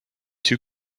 two